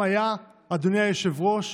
פעם היה, אדוני היושב-ראש,